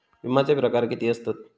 विमाचे प्रकार किती असतत?